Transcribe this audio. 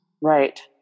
Right